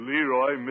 Leroy